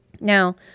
now